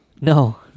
No